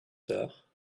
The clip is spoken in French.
tard